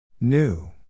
New